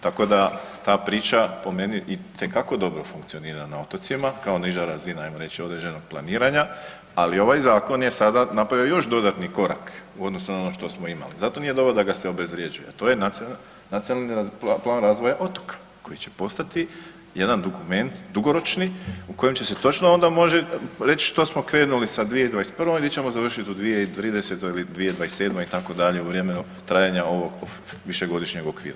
Tako da ta priča po meni itekako dobro funkcionira na otocima kao niža razina ajmo reći određenog planiranja, ali ovaj zakon je sada napravio još dodatni korak u odnosu na ono što smo imali, zato nije dobro da ga se obezvrjeđuje, a to je Nacionalni plan razvoja otoka koji će postati jedan dokument dugoročni u kojem će se točno onda može reć što smo krenuli sa 2021. i di ćemo završit u 2030. ili 2027. itd. u vremenu trajanja ovog višegodišnjeg okvira.